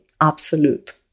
absolute